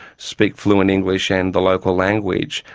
speak fluent english and the local language,